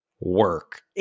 work